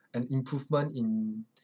an improvement in